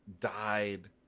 died